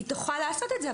היא תוכל לעשות את זה.